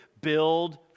Build